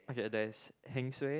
okay there's heng suay